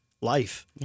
life